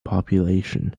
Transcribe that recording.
population